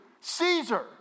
Caesar